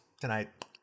tonight